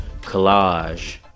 collage